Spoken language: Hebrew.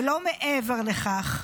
ולא מעבר לכך.